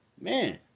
man